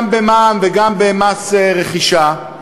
גם במע"מ וגם במס רכישה,